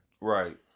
Right